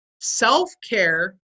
self-care